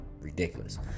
ridiculous